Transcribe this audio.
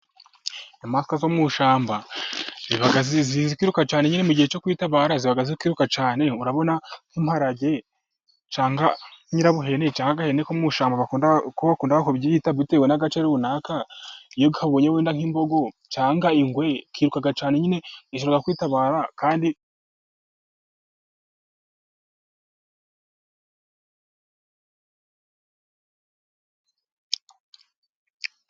Inyamaswa zo mu ishamba zizi kwirukanka mu gihe cyo kwitabara ziba ziri kwiruka cyane, urabona nk'imparage cyangwa nyirabuhene cyangwa agahene ko mu ishamba bakunda kubyita bitewe n'agace runaka, iyo bibonye nk'imbogo cyangwaga ingwe ikiruka cyane nyine ishobora kwitabara.